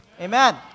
amen